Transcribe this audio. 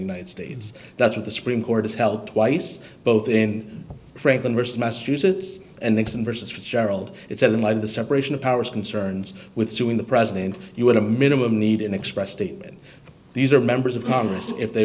united states that's what the supreme court has held twice both in franklin versus massachusetts and the converse is for gerald it said in light of the separation of powers concerns with suing the president you would have a minimum need and express statement these are members of congress if they